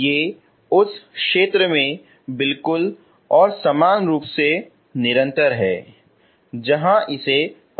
ये उस क्षेत्र में बिल्कुल और समान रूप से निरंतर हैं जहां इसे परिभाषित किया गया है